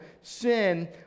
sin